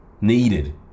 needed